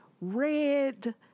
red